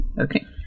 Okay